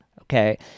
Okay